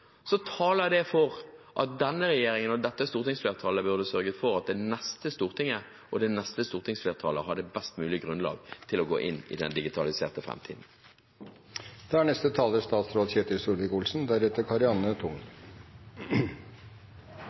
taler det for at denne regjeringen og dette stortingsflertallet burde sørget for at det neste stortinget og det neste stortingsflertallet har det best mulige grunnlaget til å gå inn i den digitaliserte